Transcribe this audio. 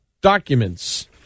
documents